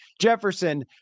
Jefferson